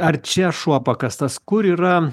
ar čia šuo pakastas kur yra